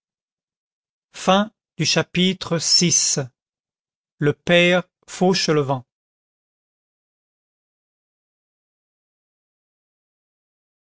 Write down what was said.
chapitre vi le père fauchelevent